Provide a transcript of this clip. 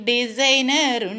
Designer